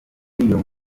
iyo